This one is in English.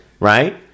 Right